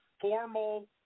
formal